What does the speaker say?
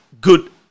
good